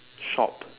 shop